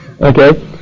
Okay